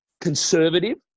conservative